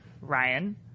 Ryan